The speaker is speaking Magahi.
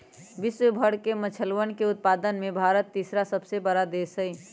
विश्व भर के मछलयन उत्पादन में भारत तीसरा सबसे बड़ा देश हई